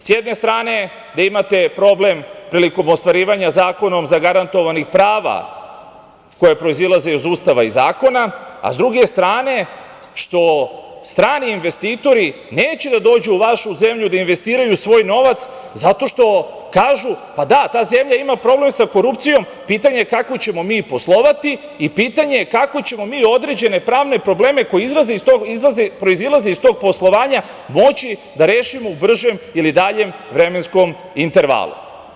Sa jedne strane imate problem prilikom ostvarivanja zakonom zagarantovanih prava koje proizilaze iz Ustava i zakona, a sa druge strane što strani investitori neće da dođu u vašu zemlju da investiraju svoj novac zato što kažu – pa, da, ta zemlja ima problem sa korupcijom, pitanje je kako ćemo mi poslovati i pitanje je kako ćemo mi određene pravne probleme koji proizilaze iz tog poslovanja moći da rešimo u daljem vremenskom intervalu.